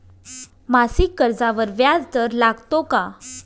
मासिक कर्जावर व्याज दर लागतो का?